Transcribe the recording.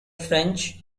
french